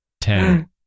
Ten